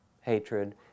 hatred